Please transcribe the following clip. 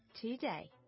today